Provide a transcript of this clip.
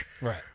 Right